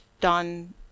done